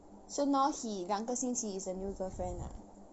so now he 两个星期 is a new girlfriend lah